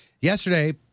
yesterday